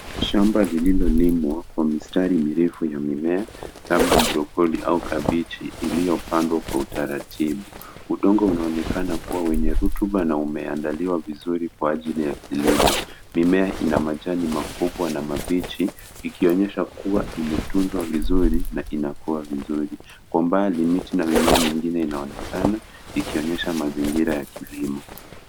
Shamba lililolimwa kwa mistari mirefu ya mimea labda brokoli au kabichi lilopandwa kwa utaratibu. Udongo unaonekana kuwa wenye rutuba na umeandallia vizuri kwa ajili ya kilimo. Mimea ina majani makubwa na mabichi ikionyesha kuwa imetunzwa vizuri na inakua vizuri. Kwa umbali, miti na mimea mingine inaonekana ikionyesha mazingira ya kilimo.